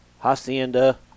Hacienda